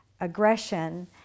aggression